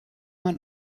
man